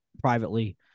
privately